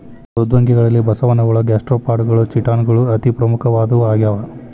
ಮೃದ್ವಂಗಿಗಳಲ್ಲಿ ಬಸವನಹುಳ ಗ್ಯಾಸ್ಟ್ರೋಪಾಡಗಳು ಚಿಟಾನ್ ಗಳು ಅತಿ ಪ್ರಮುಖವಾದವು ಆಗ್ಯಾವ